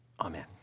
Amen